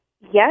yes